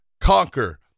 conquer